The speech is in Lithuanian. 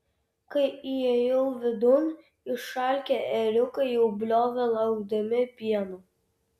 kai įėjau vidun išalkę ėriukai jau bliovė laukdami pieno